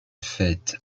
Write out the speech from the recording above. fêtes